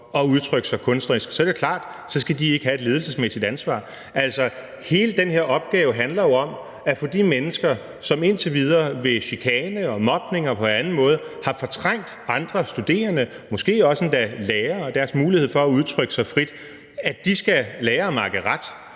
at udtrykke sig kunstnerisk, så er det klart, at de ikke skal have et ledelsesmæssigt ansvar. Altså, hele den her opgave handler jo om, at de mennesker, som indtil videre ved chikane og mobning og på anden måde har fortrængt andre studerende og måske endda også lærere og deres mulighed for at udtrykke sig frit, skal lære at makke ret.